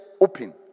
open